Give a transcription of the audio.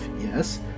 yes